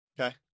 Okay